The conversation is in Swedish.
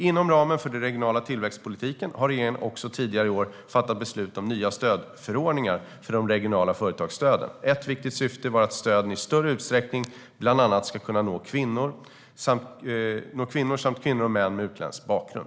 Inom ramen för den regionala tillväxtpolitiken fattade regeringen också under förra året beslut om nya stödförordningar för de regionala företagsstöden. Ett viktigt syfte var att stöden i större utsträckning bland annat ska kunna nå kvinnor samt kvinnor och män med utländsk bakgrund.